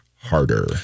harder